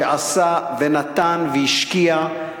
שעשה ונתן והשקיע,